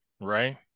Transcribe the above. right